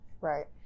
Right